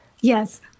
Yes